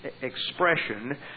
expression